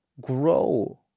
Grow